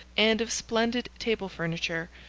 and of splendid table furniture,